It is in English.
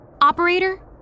Operator